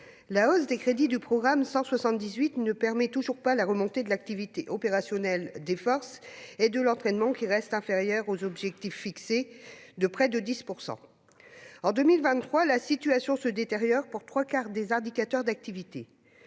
la hausse des crédits du programme 178 ne permet toujours pas la remontée de l'activité opérationnelle des forces et de l'entraînement, qui reste inférieure de près de 10 % aux objectifs fixés. En 2023, la situation se détériore pour trois quarts des indicateurs d'activité,